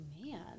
man